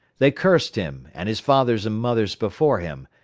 they cursed him, and his fathers and mothers before him,